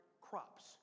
crops